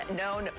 known